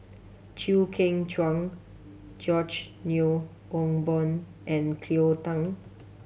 Chew Kheng Chuan George Yeo Yong Boon and Cleo Thang